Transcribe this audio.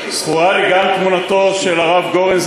זכורה לי גם תמונתו של הרב גורן,